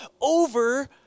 over